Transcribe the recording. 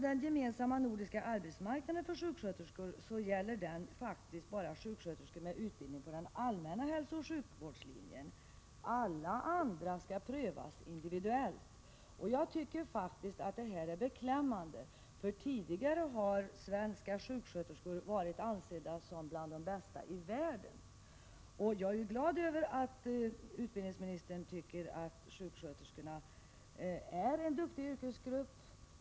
Den gemensamma nordiska arbetsmarknaden för sjuksköterskor gäller faktiskt bara sjuksköterskor med utbildning på den allmänna hälsooch sjukvårdslinjen. Alla andra skall prövas individuellt. Jag tycker att detta är beklämmande. Tidigare har svenska sjuksköterskor varit ansedda såsom bland de bästa i världen. Jag är glad över att utbildningsministern tycker att sjuksköterskorna utgör en duktig yrkesgrupp.